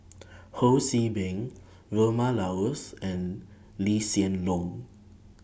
Ho See Beng Vilma Laus and Lee Hsien Loong